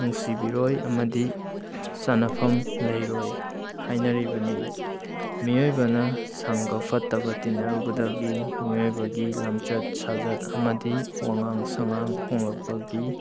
ꯅꯨꯡꯁꯤꯕꯤꯔꯣꯏ ꯑꯃꯗꯤ ꯆꯅꯐꯝ ꯂꯩꯔꯣꯏ ꯍꯥꯏꯅꯔꯤꯕꯅꯤ ꯃꯤꯑꯣꯏꯕꯅ ꯁꯪꯒ ꯐꯠꯇꯕ ꯇꯤꯟꯅꯔꯨꯕꯗꯒꯤ ꯃꯤꯑꯣꯏꯕꯒꯤ ꯂꯝꯆꯠ ꯁꯥꯖꯠ ꯑꯃꯗꯤ ꯋꯥꯉꯥꯡ ꯁꯉꯥꯡ ꯍꯣꯡꯂꯛꯄꯒꯤ